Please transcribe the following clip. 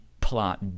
plot